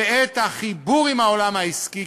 ואת החיבור עם העולם העסקי,